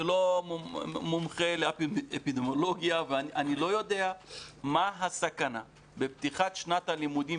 אני לא מומחה לאפידמיולוגיה ואני לא יודע מה הסכנה בפתיחת שנת הלימודים